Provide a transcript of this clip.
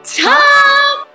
top